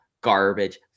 garbage